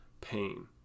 pain